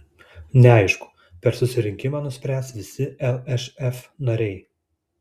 neaišku per susirinkimą nuspręs visi lšf nariai